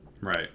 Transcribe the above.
Right